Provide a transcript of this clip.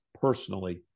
personally